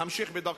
המשך בדרכך.